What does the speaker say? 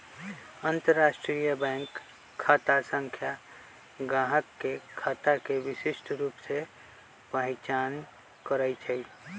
अंतरराष्ट्रीय बैंक खता संख्या गाहक के खता के विशिष्ट रूप से पहीचान करइ छै